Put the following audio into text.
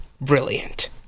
brilliant